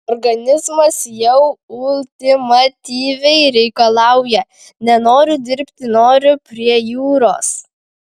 organizmas jau ultimatyviai reikalauja nenoriu dirbti noriu prie jūros